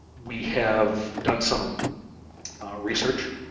we have done some research,